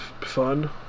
fun